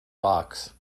box